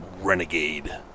Renegade